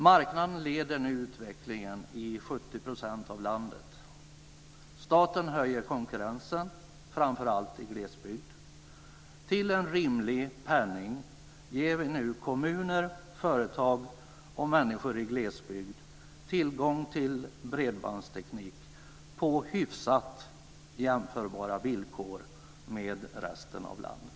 Marknaden leder utvecklingen i 70 % av landet. Staten höjer konkurrensen, framför allt i glesbygden. Till en rimlig penning ger vi nu kommuner, företag och människor i glesbygd tillgång till bredbandsteknik på villkor som är hyfsat jämförbara med resten av landet.